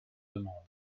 demandes